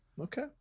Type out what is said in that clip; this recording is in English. okay